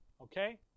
Okay